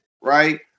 right